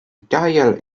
dial